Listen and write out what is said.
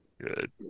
Good